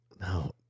no